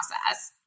process